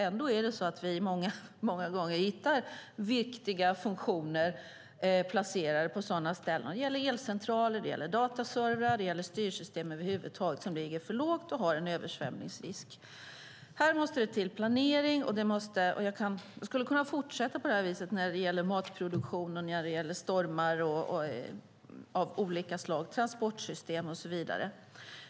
Ändå hittar vi många gånger viktiga funktioner placerade på sådana ställen. Det gäller elcentraler, dataservrar och styrsystem över huvud taget som ligger för lågt och har en översvämningsrisk. Här måste det till planering. Jag skulle kunna fortsätta på det här viset när det gäller matproduktion, stormar, transportsystem och så vidare.